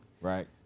Right